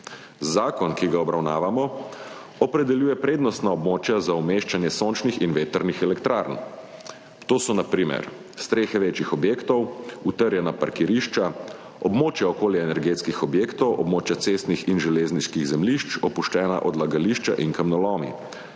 Zakon, ki ga obravnavamo, opredeljuje prednostna območja za umeščanje sončnih in vetrnih elektrarn, to so na primer strehe večjih objektov, utrjena parkirišča, območja okoli energetskih objektov, območja cestnih in železniških zemljišč, opuščena odlagališča in kamnolomi.